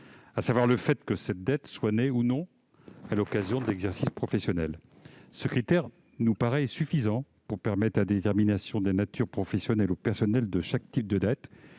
à savoir le fait que cette dette soit née ou non à l'occasion de l'exercice professionnel. Ce critère nous paraît suffisant pour permettre la détermination de la nature professionnelle ou personnelle de chaque type de dette.